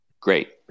Great